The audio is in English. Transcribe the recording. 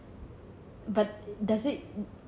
but does it